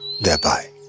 thereby